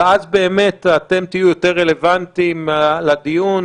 ואז באמת תהיו יותר רלוונטיים לדיון,